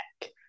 back